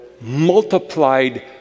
multiplied